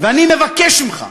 ואני מבקש ממך,